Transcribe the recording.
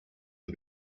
can